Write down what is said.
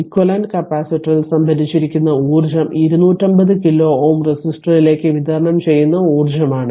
equivalent കപ്പാസിറ്ററിൽസംഭരിച്ചിരിക്കുന്ന ഊർജ്ജം 250 kilo Ω റെസിസ്റ്ററിലേക്ക് വിതരണം ചെയ്യുന്ന ഊർജ്ജമാണ്